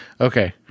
Okay